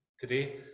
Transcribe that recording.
today